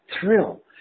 thrill